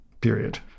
period